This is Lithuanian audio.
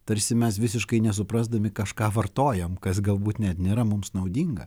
tarsi mes visiškai nesuprasdami kažką vartojam kas galbūt net nėra mums naudinga